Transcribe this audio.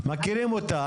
אנחנו מכירים אותה.